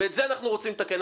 ואת זה אנחנו רוצים לתקן,